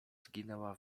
zginęła